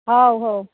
ହଉ ହଉ